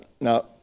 now